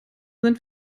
sind